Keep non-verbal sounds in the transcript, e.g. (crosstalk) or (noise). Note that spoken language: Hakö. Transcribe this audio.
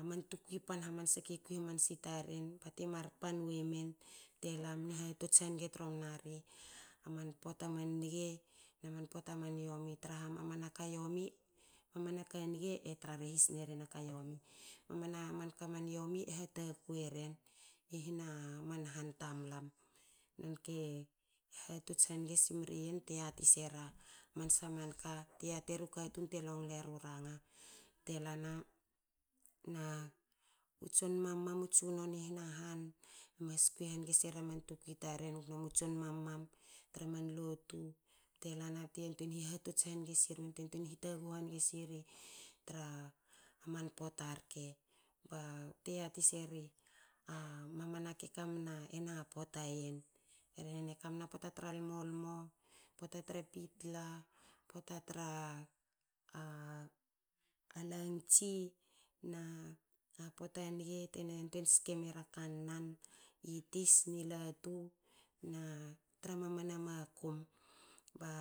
Aman tukui pan hamansa ke kwi hamansi taren ba timar pan wemen te la mni hatots hange tromna ri a man pota man nge na man pota man yomi. mamana ka man yomi mamana ka niga e tra rehis neren aka yomi. Mamana manka man yomi e ha takui eren ihna han tamlam. nonke hatots hange smriyin bte yati sera man sha man kate yati eru katun te longlo eru ranga. Telana na u tson mam mamu tsunono i hna han mas kui hange sera man tukui taren gnomia man tson mam mam tra man lotubte lana bte yantuein hihatots hange sirme bte yantuein hitaghu hange siri tra man pota rke. bte yati seri a mamana ke kamne na pota yen. E rhene kamna pota tra lmolmo. pota tra pitla. pota tra (hesitation) langtsi. na pota nge tena yantuen ske mera ta kannan i tis ni latu na tra mamana makum. ba